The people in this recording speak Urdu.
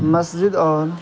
مسجد اور